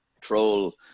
troll